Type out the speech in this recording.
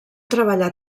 treballar